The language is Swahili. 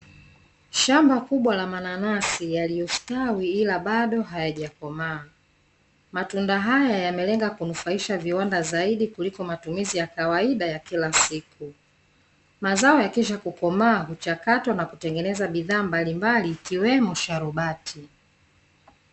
Shamba kubwa la mananasi yaliyostawi ila bado hayajakomaa. Matunda haya yamelenga kunufaisha viwanda zaidi kuliko matumizi ya kawaida ya kila siku. Mazao yakishakukomaa huchakatwa na kutengeneza bidhaa mbalimbali ikiwemo sharubati.